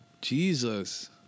Jesus